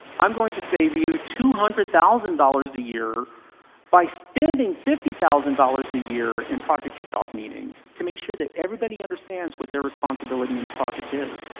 i'm going to save you two hundred thousand dollars a year by spending fifty thousand dollars a year in project kicked off meetings to make sure that everybody understands what their responsibility in the project is.